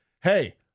hey